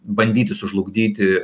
bandyti sužlugdyti